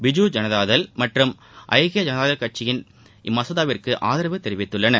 பிஜூ ஜனதாதள் மற்றும் ஐக்கிய ஜனதாதள் கட்சிகள் இம்மசோதாவிற்கு ஆதரவு தெரிவித்துள்ளன